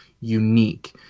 unique